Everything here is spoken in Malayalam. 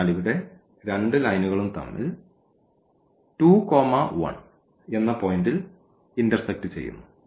അതിനാൽ ഇവിടെ ഈ രണ്ട് ലൈനുകളും തമ്മിൽ 2 1 എന്ന് പോയിന്റിൽ ഇന്റർസെക്ട് ചെയ്യുന്നു